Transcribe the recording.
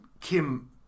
Kim